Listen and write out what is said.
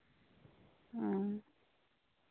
ᱦᱮᱸ